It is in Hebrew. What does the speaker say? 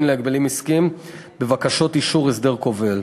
להגבלים עסקיים בבקשות אישור הסדר כובל.